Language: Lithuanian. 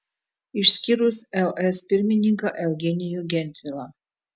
išskyrus ls pirmininką eugenijų gentvilą